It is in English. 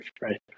right